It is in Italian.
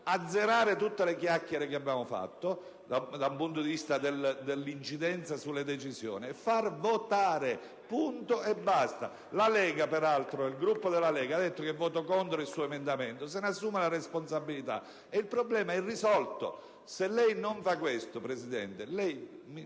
azzerare tutte le chiacchiere fatte dal punto di vista dell'incidenza delle decisioni e far votare. Il Gruppo della Lega, che ha peraltro detto che voterà contro il suo emendamento, se ne assuma la responsabilità. Il problema è risolto. Se lei non fa questo, Presidente, mi